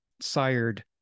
sired